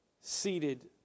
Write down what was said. seated